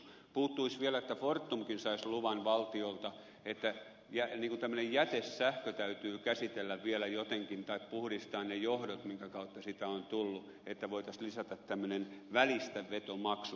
puuttuisi vielä että fortumkin saisi luvan valtiolta että tämmöinen jätesähkö täytyy käsitellä vielä jotenkin tai puhdistaa ne johdot minkä kautta sitä on tullut että voitaisiin lisätä tämmöinen välistävetomaksu